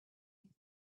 and